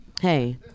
hey